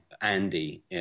Andy